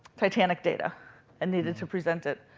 titanic data and needed to present it.